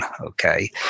okay